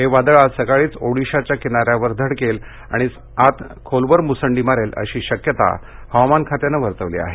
हे वादळ आज सकाळीच ओडीशाच्या किनाऱ्यावर धडकेल आणि आत खोलवर मुसंडी मारेल अशी शक्यता हवामान खात्यानं वर्तवली आहे